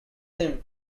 him